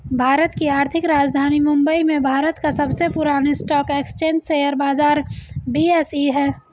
भारत की आर्थिक राजधानी मुंबई में भारत का सबसे पुरान स्टॉक एक्सचेंज शेयर बाजार बी.एस.ई हैं